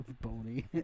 Bony